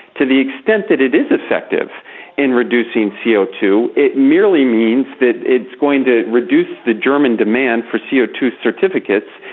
to the extent that it is effective in reducing c o two, it merely means that it's going to reduce the german demand for c o two certificates,